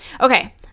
Okay